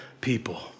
people